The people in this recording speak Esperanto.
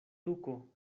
tuko